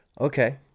Okay